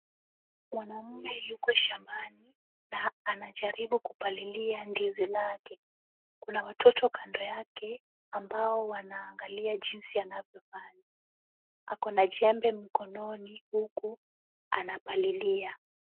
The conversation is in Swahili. Mwanaume yuko shambani na anajaribu kupalilia ndizi lake. Kuna watoto kando yake ambao wanaangalia jinsi anavyofanya. Ako na jembe mkononi huku anapalilia.